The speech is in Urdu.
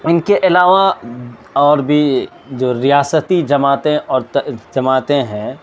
ان کے علاوہ اور بھی جو ریاستی جماعتیں اور جماعتیں ہیں